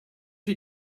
you